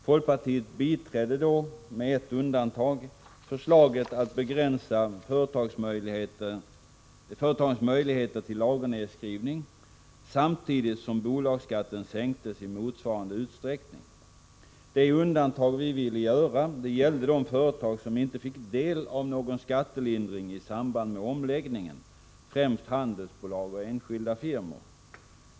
Folkpartiet biträdde då — med ett undantag — förslaget att begränsa företagens möjligheter till lagernedskrivning samtidigt som bolagsskatten sänktes i motsvarande utsträckning. Det undantag vi ville göra gällde de företag som inte fick del av någon skattelindring i samband med omläggningen, främst handelsbolag och enskilda firmor.